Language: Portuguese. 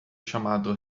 chamado